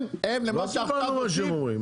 לא קיבלנו מה שהם אומרים.